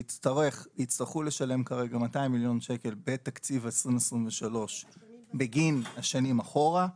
שיצטרכו לשלם כרגע 200 מיליון שקל בתקציב 2023 בגין השנים אחורה,